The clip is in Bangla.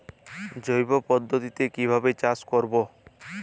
জৈব পদ্ধতিতে কিভাবে চাষ করব?